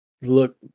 look